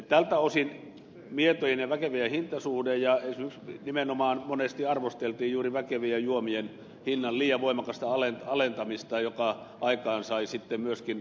tältä osin mietojen ja väkevien hintasuhde oli väärä ja esimerkiksi nimenomaan monesti arvosteltiin juuri väkevien juomien hinnan liian voimakasta alentamista joka aikaansai sitten myöskin hallitsemattomia ilmiöitä